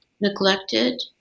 neglected